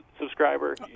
subscriber